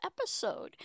episode